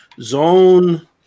Zone